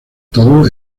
todo